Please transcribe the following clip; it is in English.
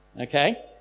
Okay